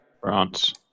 France